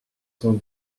son